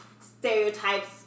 stereotypes